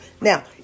Now